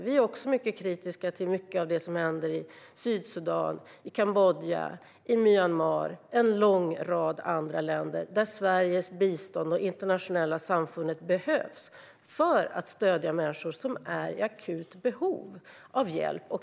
Vi är också mycket kritiska till mycket av det som händer i Sydsudan, Kambodja, Myanmar och en lång rad andra länder där Sveriges och det internationella samfundets bistånd behövs för att stödja människor som är i akut behov av hjälp.